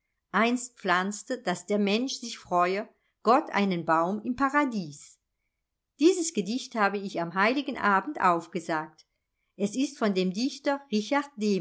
einst pflanzte daß der mensch sich freue gott einen baum im paradies dieses gedicht habe ich am heiligen abend aufgesagt es ist von dem dichter